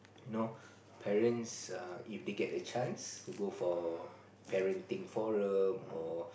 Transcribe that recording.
you know parents err if they get a chance to go for parenting forum or